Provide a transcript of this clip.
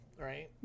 right